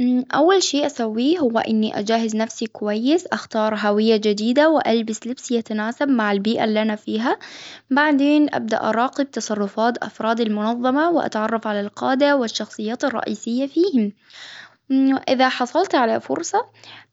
مم أول شئ أسويه هو إني أجهز نفسي كويس أختار هوية جديدة ، والبس لبس يتناسب مع البيئة اللي أنا فيها، بعدين أبدأ أراقب تصرفات أفراد المنظمة ، وأتعرف على القادة والشخصيات الرئيسية فيهم، إذا حصلت على فرصة